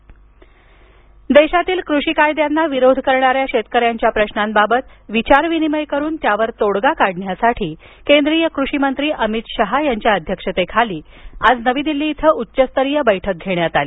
बैठक देशातील कृषी कायद्यांना विरोध करणाऱ्या शेतकऱ्यांच्या प्रशांबाबत विचार विनिमय करून त्यावर तोडगा काढण्यासाठी केंद्रीय गृहमंत्री अमित शहा यांच्या अध्यक्षतेखाली आज नवी दिल्ली इथं उच्चस्तरीय बैठक घेण्यात आली